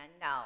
no